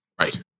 Right